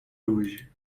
hoje